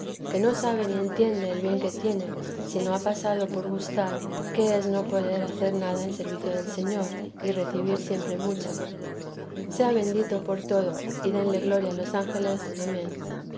que no sabe ni entiende el bien que tiene si no ha pasado por gustar qué es no poder hacer nada en servicio del señor y recibir siempre mucho sea bendito por todo y denle gloria los ángeles amén